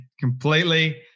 completely